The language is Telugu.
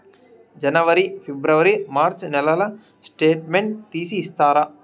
జనవరి, ఫిబ్రవరి, మార్చ్ నెలల స్టేట్మెంట్ తీసి ఇస్తారా?